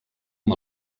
amb